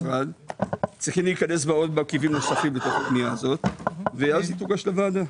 צריכים להיכנס מרכיבים נוספים בפנייה הזו ואז היא תוגש לוועדה.